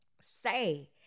say